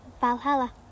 Valhalla